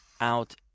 out